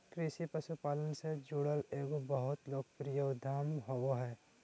कृषि पशुपालन से जुड़ल एगो बहुत लोकप्रिय उद्यम होबो हइ